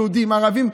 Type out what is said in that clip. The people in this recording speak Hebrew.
יהודים וערבים,